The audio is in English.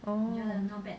oh